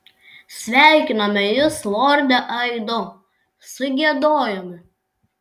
sveikiname jus lorde aido sugiedojome